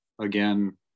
again